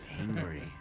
angry